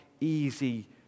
easy